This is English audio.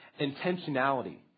Intentionality